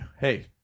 hey